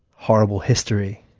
horrible history,